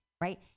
right